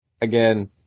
Again